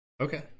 Okay